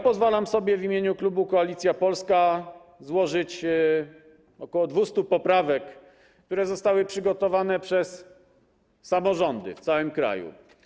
Pozwalam sobie w imieniu klubu Koalicja Polska złożyć ok. 200 poprawek, które zostały przygotowane przez samorządy w całym kraju.